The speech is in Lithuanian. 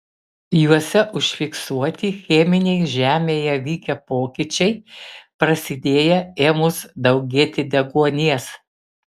juose užfiksuoti cheminiai žemėje vykę pokyčiai prasidėję ėmus daugėti deguonies